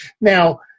Now